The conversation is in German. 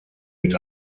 mit